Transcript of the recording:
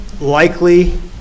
likely